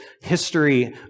history